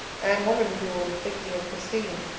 anne wondered if he were thinking of christine.